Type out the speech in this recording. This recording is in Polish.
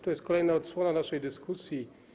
To jest kolejna odsłona naszej dyskusji.